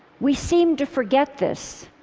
we seem to forget this,